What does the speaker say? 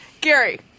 Gary